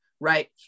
right